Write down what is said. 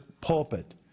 pulpit